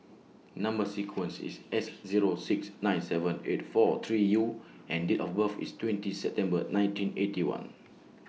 Number sequence IS S Zero six nine seven eight four three U and Date of birth IS twenty September nineteen Eighty One